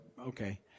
okay